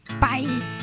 Bye